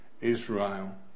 Israel